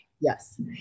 Yes